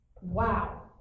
Wow